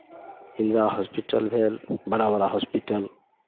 Indira hospital भेल बड़ा बड़ा हॉस्पिटल